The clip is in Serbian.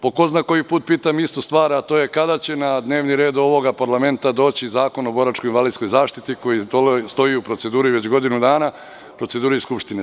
Po ko zna koji put pitam istu stvar, a to je – kada će na dnevni red ovog parlamenta doći Zakon o boračkoj i invalidskoj zaštiti, koji stoji u proceduri Skupštine već godinu dana?